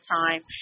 time